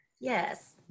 yes